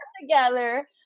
together